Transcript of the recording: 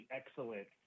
excellent